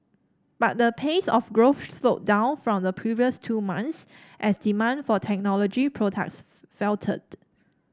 but the pace of growth slowed down from the previous two months as demand for technology products faltered